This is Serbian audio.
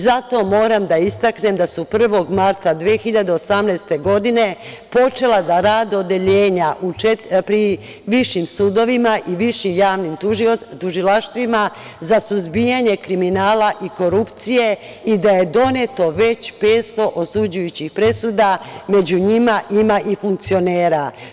Zato moram da istaknem da su 1. marta 2018. godine počela da rade odeljenja pri višim sudovima i višim javnim tužilaštvima za suzbijanje kriminala i korupcije i da je doneto već 500 osuđujućih presuda, među njima ima i funkcionera.